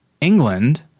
England